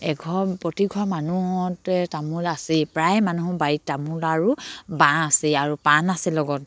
এঘৰ প্ৰতিঘৰ মানুহৰে তামোল আছে প্ৰায় মানুহৰ বাৰীত তামোল আৰু বাঁহ আছে আৰু পাণ আছে লগত